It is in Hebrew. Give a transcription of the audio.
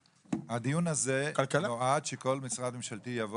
הדיון הזה נועד לכך שכל משרד ממשלתי יבוא